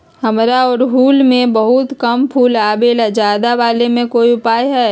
हमारा ओरहुल में बहुत कम फूल आवेला ज्यादा वाले के कोइ उपाय हैं?